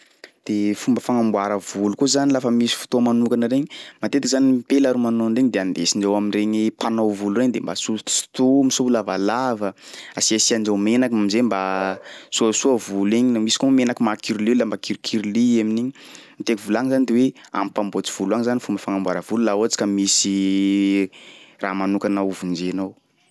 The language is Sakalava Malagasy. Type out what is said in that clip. De fomba fagnamboara volo koa zany lafa misy fotoa manokana regny, matetiky zany ampela ro manao an'iregny de andesindreo amin'iregny mpanao volo regny de mba sotosotomy soa lavalava, asiasiandreo menaka am'zay mba soasoa volo igny; misy koa moa menaka maha curly la mba curcurly i amin'igny, ny tiako volagny zany de hoe am'mpamboatsy volo agny zany fomba fagnamboara volo laha ohatsy ka misy raha manokana ho vonjenao.